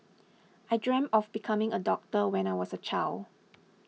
I dreamt of becoming a doctor when I was a child